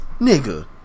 Nigga